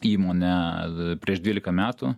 įmonę prieš dvylika metų